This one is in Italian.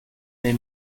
nei